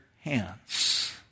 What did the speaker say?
hands